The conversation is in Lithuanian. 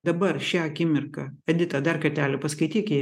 dabar šią akimirką edita dar kartelį paskaityk jį